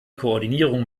koordinierung